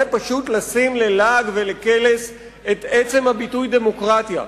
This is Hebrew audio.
זה פשוט לשים ללעג ולקלס את עצם הביטוי דמוקרטיה.